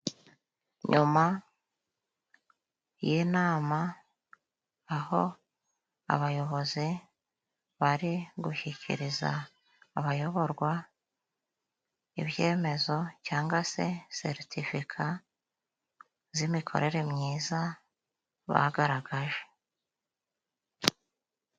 Nyuma y'inama, aho abayobozi bari gushyikiriza abayoborwa ibyemezo cyangwa se seritifika z'imikorere myiza bagaragaje.